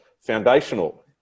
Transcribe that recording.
foundational